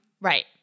Right